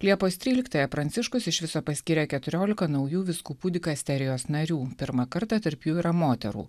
liepos tryliktąją pranciškus iš viso paskyrė keturiolika naujų vyskupų dikasterijos narių pirmą kartą tarp jų yra moterų